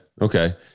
Okay